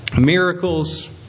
miracles